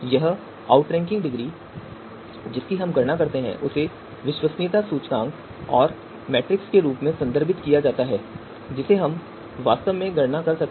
यह outranking degree जिसकी हम गणना करते हैं उसे विश्वसनीयता सूचकांक और मैट्रिक्स के रूप में भी संदर्भित किया जाता है जिसे हम वास्तव में गणना कर सकते हैं